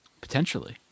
Potentially